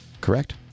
Correct